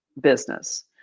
business